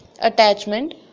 attachment